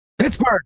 Pittsburgh